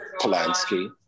Polanski